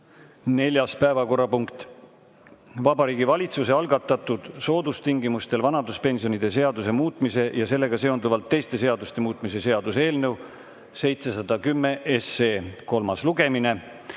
Neljas päevakorrapunkt on Vabariigi Valitsuse algatatud soodustingimustel vanaduspensionide seaduse muutmise ja sellega seonduvalt teiste seaduste muutmise seaduse eelnõu 710 kolmas lugemine.